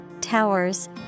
towers